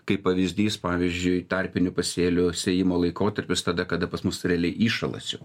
kaip pavyzdys pavyzdžiui tarpinių pasėlių sėjimo laikotarpis tada kada pas mus realiai įšalas jau